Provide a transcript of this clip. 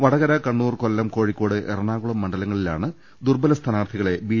വടകര കണ്ണൂർ കൊല്ലം കോഴിക്കോട് എറണാകുളം മണ്ഡല ങ്ങളിലാണ് ദുർബല സ്ഥാനാർഥികളെ ബി